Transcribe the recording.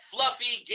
Fluffy